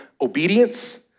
obedience